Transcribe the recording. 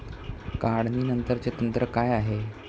काढणीनंतरचे तंत्र काय आहे?